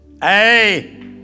Hey